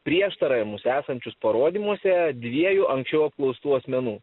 prieštaravimus esančius parodymuose dviejų anksčiau apklaustų asmenų